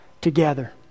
together